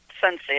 sunset